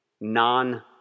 non